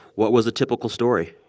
what was a typical story?